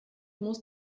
muss